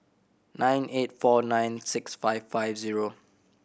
nine eight four nine six five five zero